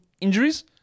injuries